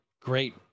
great